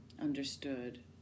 understood